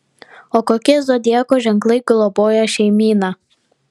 o kokie zodiako ženklai globoja šeimyną